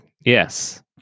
Yes